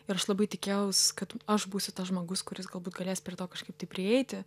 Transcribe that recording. ir aš labai tikėjaus kad aš būsiu tas žmogus kuris galbūt galės prie to kažkaip tai prieiti